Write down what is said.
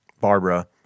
Barbara